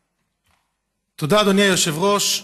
תודה, אדוני היושב-ראש.